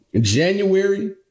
January